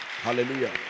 Hallelujah